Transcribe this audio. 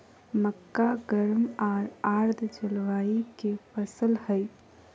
मक्का गर्म आर आर्द जलवायु के फसल हइ